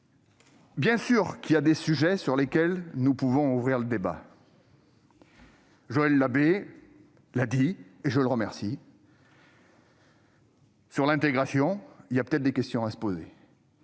Bien sûr, il y a des sujets sur lesquels nous pouvons ouvrir le débat. Joël Labbé a bien dit- je l'en remercie -qu'il y a peut-être des questions à se poser